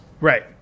Right